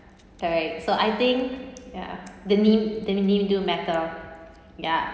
correct so I think ya the name the name do matter ya